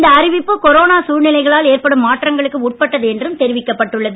இந்த அறிவிப்பு கொரோனா சூழ்நிலைகளால் ஏற்படும் மாற்றங்களுக்கு உட்பட்டது என்றும் தெரிவிக்கப்பட்டுள்ளது